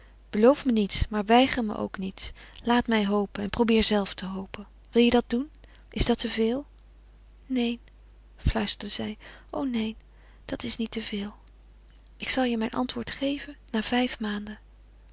beloof me niets maar weiger me ook niets laat mij hopen en probeer zelve te hopen wil je dat doen is dat te veel neen fluisterde zij o neen dat is niet te veel ik zal je mijn antwoord geven na vijf maanden